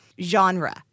genre